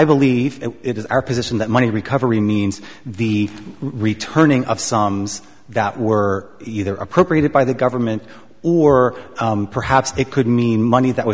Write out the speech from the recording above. i believe it is our position that money recovery means the returning of psalms that were either appropriated by the government or perhaps it could mean money that was